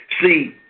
See